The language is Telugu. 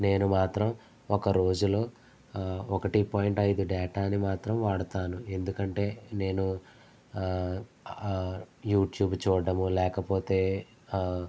నేను మాత్రం ఒక రోజులో ఒకటి పాయింట్ ఐదు డేటాను మాత్రం వాడుతాను ఎందుకంటే నేను యూట్యూబ్ చూడ్డడము లేకపోతే